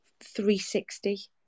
360